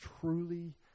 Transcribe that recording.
truly